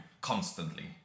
constantly